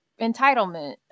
entitlement